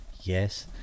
Yes